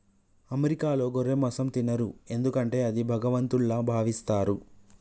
అమెరికాలో గొర్రె మాంసం తినరు ఎందుకంటే అది భగవంతుల్లా భావిస్తారు